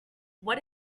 what